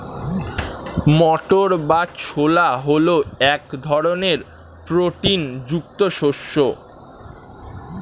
মটর বা ছোলা হল এক ধরনের প্রোটিন যুক্ত শস্য